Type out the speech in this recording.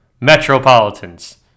metropolitans